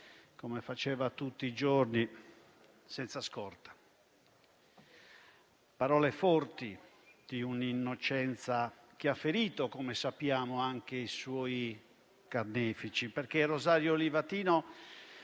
come faceva tutti i giorni, senza scorta; parole forti di un'innocenza che ha ferito - come sappiamo - anche i suoi carnefici.